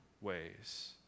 ways